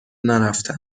نرفته